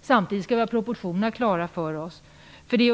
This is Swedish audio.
Samtidigt skall vi ha proportionerna klara för oss.